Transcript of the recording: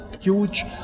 huge